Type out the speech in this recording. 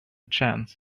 chance